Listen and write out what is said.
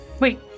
Wait